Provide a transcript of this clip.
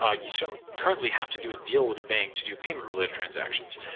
ah you so currently have to do a deal with a bank to do payment related transactions.